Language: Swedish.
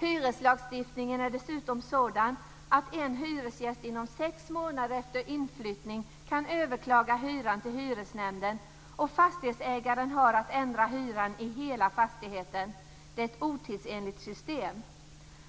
Hyreslagstiftningen är dessutom sådan att en hyresgäst inom sex månader efter inflyttning kan överklaga hyran till hyresnämnden och fastighetsägaren har att ändra hyran i hela fastigheten. Det är ett otidsenligt system.